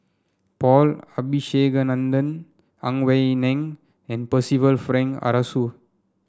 Paul Abisheganaden Ang Wei Neng and Percival Frank Aroozoo